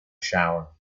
shower